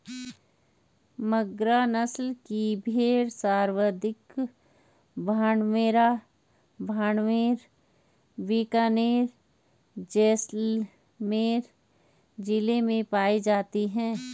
मगरा नस्ल की भेड़ सर्वाधिक बाड़मेर, बीकानेर, जैसलमेर जिलों में पाई जाती है